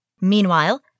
Meanwhile